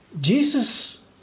Jesus